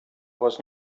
was